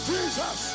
Jesus